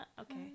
Okay